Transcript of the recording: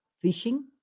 fishing